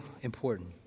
important